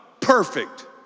perfect